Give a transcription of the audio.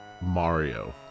Mario